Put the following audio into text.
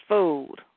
Food